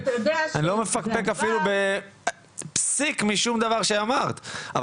אני לא מפקפק בפסיק משום דבר שחקרת,